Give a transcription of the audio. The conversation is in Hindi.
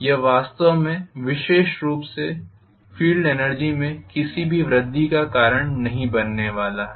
यह वास्तव में विशेष रूप से फील्ड एनर्जी में किसी भी वृद्धि का कारण नहीं बनने वाला है